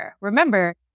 Remember